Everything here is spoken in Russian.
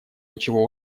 ничего